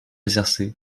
src